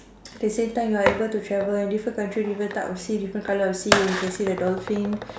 the same time you are able to travel in different country different type of sea different colour of sea and you can see the dolphins